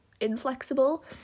inflexible